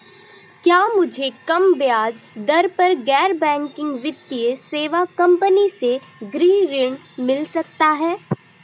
क्या मुझे कम ब्याज दर पर गैर बैंकिंग वित्तीय सेवा कंपनी से गृह ऋण मिल सकता है?